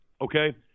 Okay